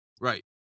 Right